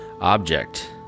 object